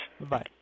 Bye